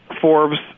Forbes